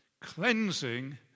cleansing